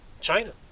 China